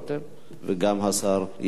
וגם השר יעלון יענה.